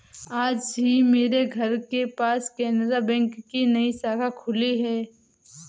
आज ही मेरे घर के पास केनरा बैंक की नई शाखा खुली है